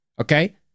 Okay